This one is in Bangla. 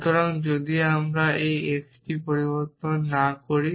সুতরাং যদি আমরা এই xটি পরিবর্তন না করি